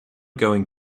going